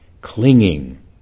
clinging